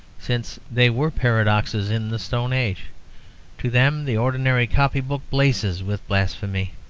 since they were paradoxes in the stone age to them the ordinary copy-book blazes with blasphemy.